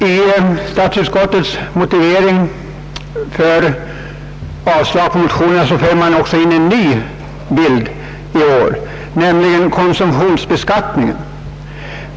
I statsutskottets motivering för avslag på motionerna för man i år in en ny faktor i bilden, nämligen konsumtionsbeskattningen.